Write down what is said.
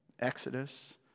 Exodus